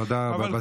תודה רבה.